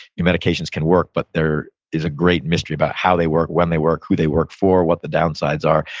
your medications can work, but there is a great mystery about how they work, when they work, who they work for, what the downsides are.